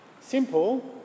Simple